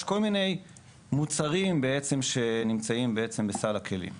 יש כל מיני מוצרים שנמצאים בסל הכלים.